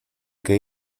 que